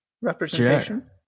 representation